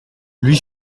lui